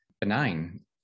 benign